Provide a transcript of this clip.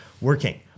working